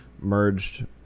merged